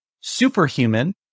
Superhuman